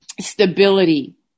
stability